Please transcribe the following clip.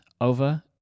over